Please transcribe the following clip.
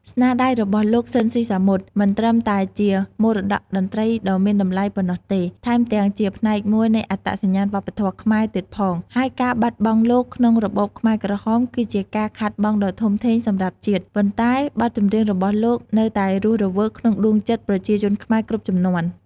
ស្នាដៃរបស់លោក ស៊ីន ស៊ីសមុត មិនត្រឹមតែជាមរតកតន្ត្រីដ៏មានតម្លៃប៉ុណ្ណោះទេ ថែមទាំងជាផ្នែកមួយនៃអត្តសញ្ញាណវប្បធម៌ខ្មែរទៀតផង ហើយការបាត់បង់លោកក្នុងរបបខ្មែរក្រហមគឺជាការខាតបង់ដ៏ធំធេងសម្រាប់ជាតិ ប៉ុន្តែបទចម្រៀងរបស់លោកនៅតែរស់រវើកក្នុងដួងចិត្តប្រជាជនខ្មែរគ្រប់ជំនាន់។